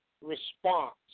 response